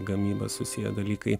gamyba susiję dalykai